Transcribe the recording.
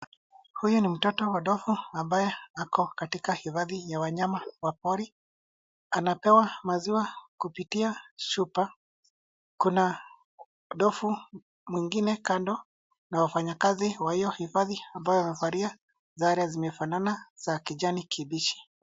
Huyu ni mtoto wa ndovu ambaye ako katika hifadhi ya wanyama wa pori, anapewa maziwa kupitia chupa, kuna ndovu mwingine kando na wafanyakazi wa hio hifadhi ambao wamevalia sare zimefanana za kijani kibichi.